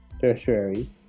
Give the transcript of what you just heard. tertiary